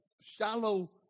shallow